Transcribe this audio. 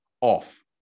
off